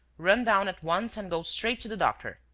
run down at once and go straight to the doctor.